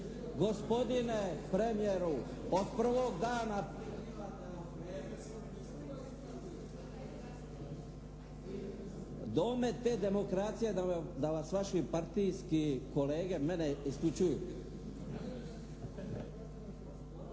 Gospodine premijeru od prvog dana …… /Upadica se ne čuje./ … Domet te demokracije da vas vaši partijski kolege mene isključuju.